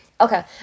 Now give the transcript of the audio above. okay